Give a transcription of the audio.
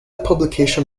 publication